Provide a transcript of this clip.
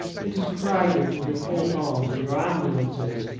it is crowded with your fourgons and your ambulances.